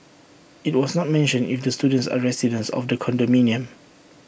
IT was not mentioned if the students are residents of the condominium